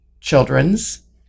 Children's